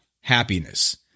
happiness